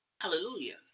Hallelujah